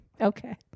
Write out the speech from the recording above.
okay